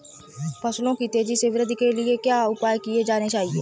फसलों की तेज़ी से वृद्धि के लिए क्या उपाय किए जाने चाहिए?